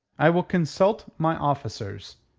i will consult my officers,